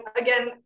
again